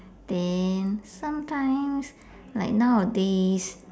then sometimes like nowadays